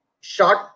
short